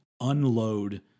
unload